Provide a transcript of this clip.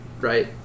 right